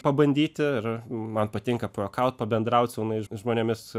pabandyti ir man patinka pajuokaut pabendraut su jaunais žmonėmis